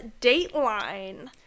Dateline